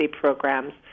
programs